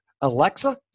Alexa